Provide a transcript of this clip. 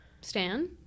Stan